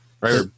right